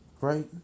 Right